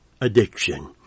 addiction